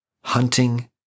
hunting